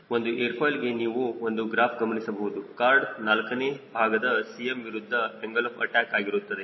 ಒಂದು ಏರ್ ಫಾಯ್ಲ್ಗೆ ನೀವು ಒಂದು ಗ್ರಾಫ್ ಗಮನಿಸಬಹುದು ಕಾರ್ಡ್ ನಾಲ್ಕನೇ ಭಾಗದ Cm ವಿರುದ್ಧ ಏನ್ಗಲ್ ಆಫ್ ಅಟ್ಯಾಕ್ ಆಗಿರುತ್ತದೆ